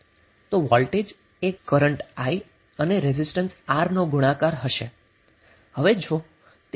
તો વોલ્ટેજ એ current I અને રેઝિસ્ટન્સ R નો ગુણાકાર હશે